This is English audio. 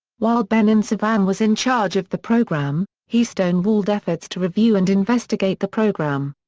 while benon sevan was in charge of the programme, he stonewalled efforts to review and investigate the programme.